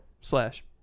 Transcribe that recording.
Slash